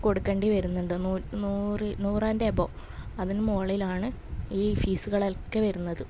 കൊടുക്കെണ്ടി വരുന്നുണ്ട് നൂ നൂറ് നൂറാൻറ്റെബൗ അതിന് മോളിലാണ് ഈ ഫീസ്സ്കളെക്കെ വരുന്നത്